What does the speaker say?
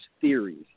theories